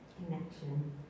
connection